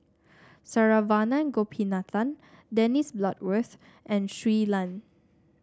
Saravanan Gopinathan Dennis Bloodworth and Shui Lan